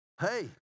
hey